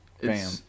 Bam